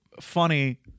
funny